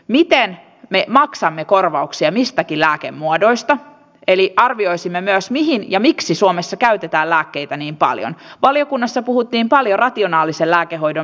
miten lie maksamme korvauksia mistäkin lääkemuodoista eli arvioisimme myös mihin ja miksi suomessa käytetään lääkkeitä niin paljon valiokunnassa puhuttiin paljon rationaalisen lääkehoidon